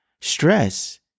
Stress